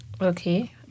Okay